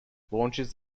launches